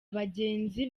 abagenzi